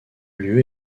lieu